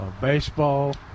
baseball